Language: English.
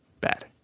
bad